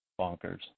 bonkers